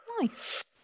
nice